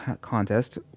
contest